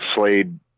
Slade